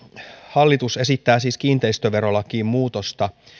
hallitus esittää siis kiinteistöverolakiin muutosta